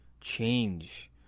change